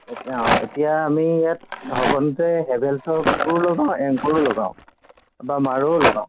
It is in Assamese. এতিয়া অঁ এতিয়া আমি ইয়াত হেভেলছৰো লগাওঁ এংকৰো লগাওঁ বা মাৰোও লগাওঁ